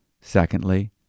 Secondly